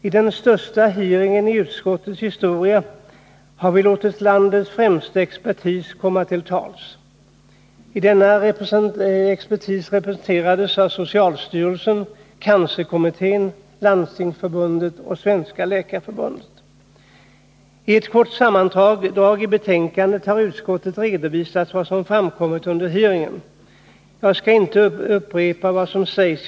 I den största hearingen i utskottets historia har vi låtit landets främsta expertis komma till tals. Där var socialstyrelsen, cancerkommittén, Landstingsförbundet och Svenska läkaresällskapet representerade. I ett kort sammandrag i betänkandet har utskottet redovisat vad som framkom under hearingen. Jag skallinte upprepa vad som sägs.